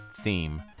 theme